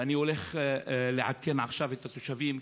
ואני הולך לעדכן עכשיו את התושבים,